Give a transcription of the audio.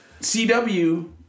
CW